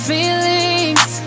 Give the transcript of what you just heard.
feelings